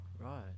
Right